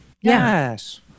Yes